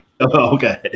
Okay